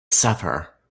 suffer